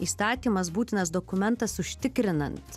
įstatymas būtinas dokumentas užtikrinant